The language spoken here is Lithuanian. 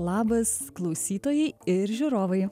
labas klausytojai ir žiūrovai